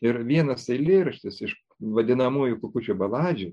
ir vienas eilėraštis iš vadinamųjų kukučio baladžių